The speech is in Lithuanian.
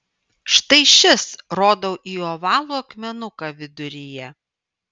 štai šis rodau į ovalų akmenuką viduryje